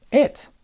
it.